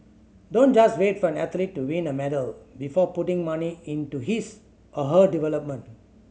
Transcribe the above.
don't just wait for an athlete to win a medal before putting money into his or her development